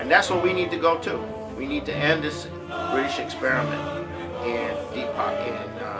and that's what we need to go to we need to end this